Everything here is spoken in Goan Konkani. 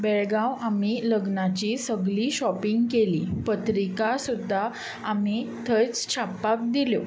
बेळगांव आमी लग्नाची सगली शॉपींग केली पत्रिका सुद्दां आमी थंयच छाप्पाक दिल्यो